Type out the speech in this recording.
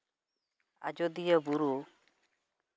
ᱟᱡᱳᱫᱤᱭᱟᱹ ᱵᱩᱨᱩ